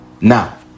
Now